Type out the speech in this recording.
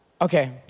Okay